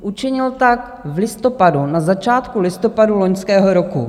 Učinil tak v listopadu, na začátku listopadu loňského roku.